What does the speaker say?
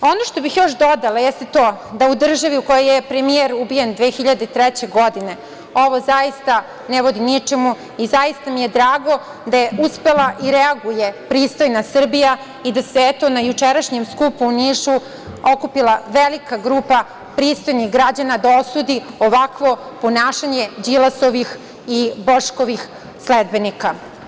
Ono što bih još dodala jeste to da u državi u kojoj je premijer ubijen 2003. godine, ovo zaista ne vodi ničemu i zaista mi je drago da je uspela da reaguje pristojna Srbija i da se eto, na jučerašnjem skupu u Nišu okupila velika grupa pristojnih građana da osudi ovakvo ponašanje Đilasovih i Boškovih sledbenika.